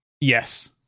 Yes